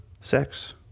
sex